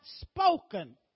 spoken